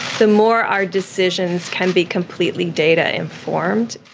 the more our decisions can be completely data informed.